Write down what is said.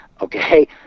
okay